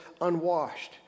unwashed